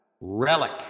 Relic